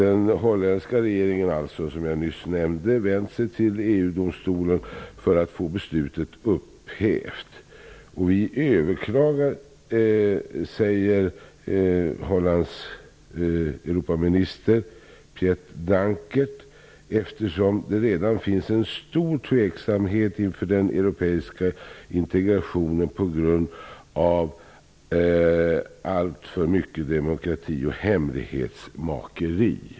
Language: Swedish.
Den nederländska regeringen har, som jag nyss nämnde, vänt sig till EG-domstolen för att få beslutet upphävt. Nederländernas Europaminister Piet Dankert säger att man överklagade därför att det redan finns en stor tveksamhet inför den europeiska integrationen på grund av alltför mycket byråkrati och hemlighetsmakeri.